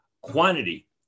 quantity